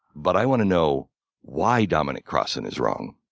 but i want to know why dominic crossan is wrong.